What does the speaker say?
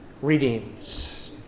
redeems